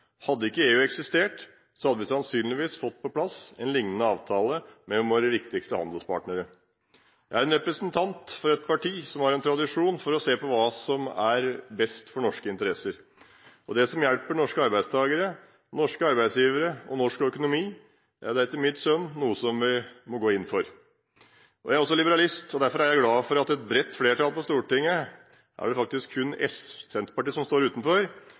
Hadde ikke EU eksistert, hadde vi sannsynligvis fått på plass en lignende avtale med våre viktigste handelspartnere. Jeg er representant for et parti som har tradisjon for å se på hva som er best for norske interesser. Det som hjelper norske arbeidstakere, norske arbeidsgivere og norsk økonomi, er etter mitt skjønn noe vi må gå inn for. Jeg er også liberalist, og derfor er jeg glad for at et bredt flertall på Stortinget – det er faktisk kun Senterpartiet som står utenfor